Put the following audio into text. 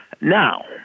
Now